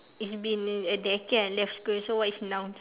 it's been a decade I left school so what is nouns